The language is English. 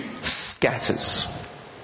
scatters